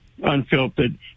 Unfiltered